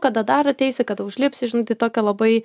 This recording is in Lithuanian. kada dar ateisi kada užlipsi žinai tai tokia labai